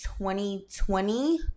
2020